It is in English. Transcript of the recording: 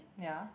ya